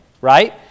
right